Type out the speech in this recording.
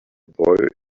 boy